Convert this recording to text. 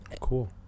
cool